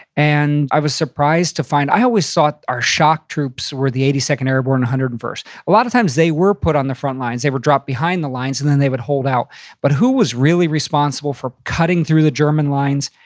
and i was surprised to find, i always thought our shock troops were the eighty second airborne hundred and first. a lot of times they were put on the front lines. they would drop behind the lines and then they would hold out but who was really responsible for cutting through the german lines?